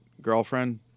girlfriend